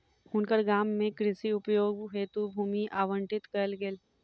हुनकर गाम में कृषि उपयोग हेतु भूमि आवंटित कयल गेल